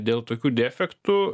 dėl tokių defektų